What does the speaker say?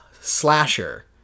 slasher